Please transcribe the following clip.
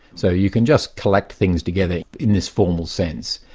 so you can just collect things together in this formal sense.